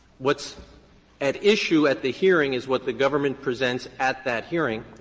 what's at issue at the hearing is what the government presents at that hearing